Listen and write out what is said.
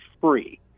free